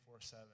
24-7